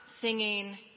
singing